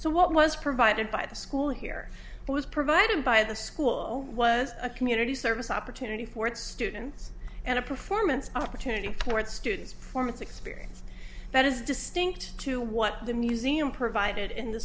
so what was provided by the school here was provided by the school was a community service opportunity for its students and a performance opportunity for its students form its experience that is distinct to what the museum provided in the